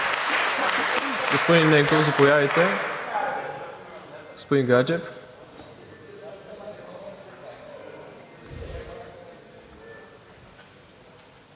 Господин Гаджев?